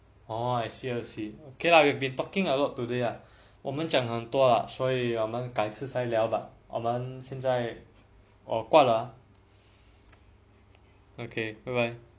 orh I see I see okay lah we've been talking a lot today ah 我们讲很多了所以我们改次才聊了我们现在我挂了